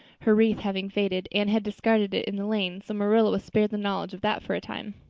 her wreath having faded, anne had discarded it in the lane, so marilla was spared the knowledge of that for a time.